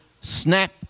snap